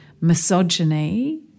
misogyny